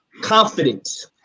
confidence